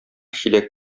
чиләк